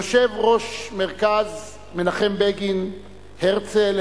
יושב-ראש מרכז מנחם בגין הרצל,